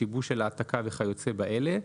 שיבוש של העתקה וכיוצא באלה,